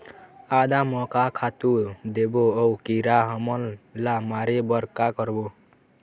आदा म का खातू देबो अऊ कीरा हमन ला मारे बर का करबो?